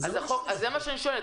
הם הוציאו דוח נהדר,